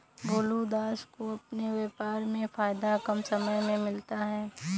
भोलू दास को अपने व्यापार में फायदा कम समय में मिलता है